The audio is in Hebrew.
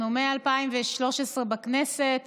מ-2013 אנחנו בכנסת